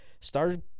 started